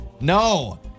No